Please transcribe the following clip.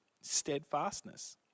steadfastness